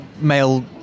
male